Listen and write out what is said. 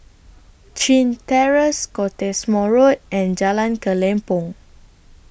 Chin Terrace Cottesmore Road and Jalan Kelempong